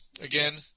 Again